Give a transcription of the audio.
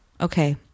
Okay